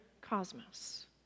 cosmos